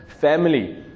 family